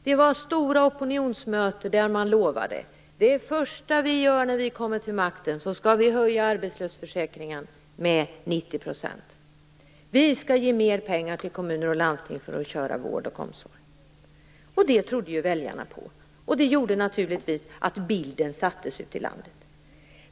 Det var stora opinionsmöten där Socialdemokraterna lovade att det första man skulle göra när man kom till makten var att höja arbetslöshetsförsäkringen till 90 % och att man skulle ge mer pengar till kommuner och landsting för vård och omsorg. Det trodde väljarna på, och det gjorde naturligtvis att bilden sattes ute i landet.